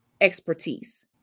expertise